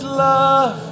love